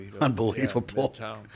unbelievable